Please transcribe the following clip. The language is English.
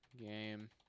game